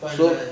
so